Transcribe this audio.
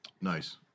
Nice